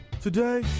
Today